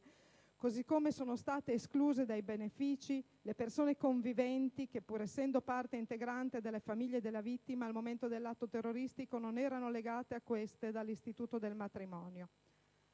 così come sono state escluse dai benefici quelle persone conviventi che, pur essendo parte integrante delle famiglie delle vittime, al momento dell'atto terroristico non erano legate a queste dall'istituto del matrimonio.